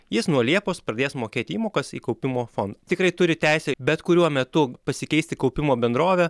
jis nuo liepos pradės mokėt įmokas į kaupimo fondą tikrai turi teisę bet kuriuo metu pasikeisti kaupimo bendrovę